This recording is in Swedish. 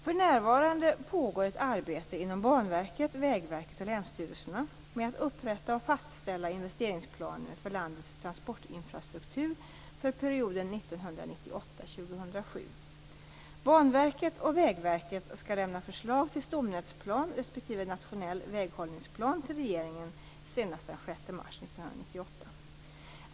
För närvarande pågår ett arbete inom Banverket, Vägverket och länsstyrelserna med att upprätta och fastställa investeringsplaner för landets transportinfrastruktur för perioden 1998-2007. Banverket och Vägverket skall lämna förslag till stomnätsplan respektive nationell väghållningsplan till regeringen senast den 6 mars 1998.